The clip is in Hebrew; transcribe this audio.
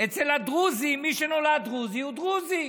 שאצל הדרוזים מי שנולד דרוזי הוא דרוזי,